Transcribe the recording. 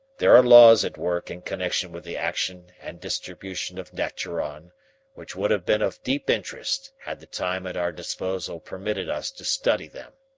there are laws at work in connection with the action and distribution of daturon which would have been of deep interest had the time at our disposal permitted us to study them.